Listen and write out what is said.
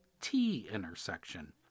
T-intersection